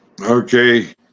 Okay